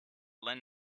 lend